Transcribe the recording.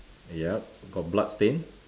yup got bloodstain